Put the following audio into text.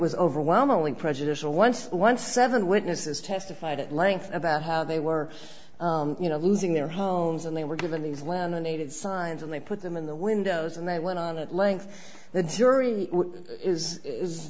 was overwhelmingly prejudicial once once seven witnesses testified at length about how they were you know losing their homes and they were given these lemonade signs and they put them in the windows and they went on at length the jury is